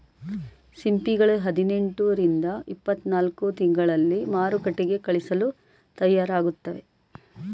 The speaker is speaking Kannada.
ಸಿಂಪಿಗಳು ಹದಿನೆಂಟು ರಿಂದ ಇಪ್ಪತ್ತನಾಲ್ಕು ತಿಂಗಳಲ್ಲಿ ಮಾರುಕಟ್ಟೆಗೆ ಕಳಿಸಲು ತಯಾರಾಗುತ್ತವೆ